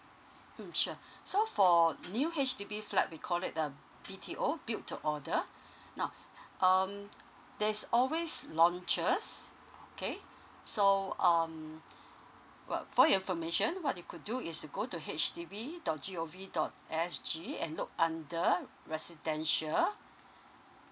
mm sure so for new H_D_B flat we call it a B_T_O build to order now um there's always launches okay so um uh for your information what you could do is to go to H D B dot G O V dot S G and look under residential